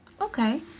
Okay